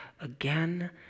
again